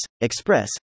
Express